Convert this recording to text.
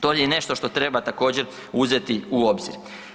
To je nešto što treba također uzeti u obzir.